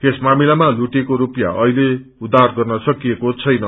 यस मामिलामा लुटिएको रूरिसपयाँ अहिले उद्यार गर्न सकिऐ छैन